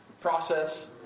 process